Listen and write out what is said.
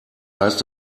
heißt